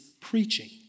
preaching